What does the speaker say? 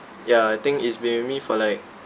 ya I think it's been with me for like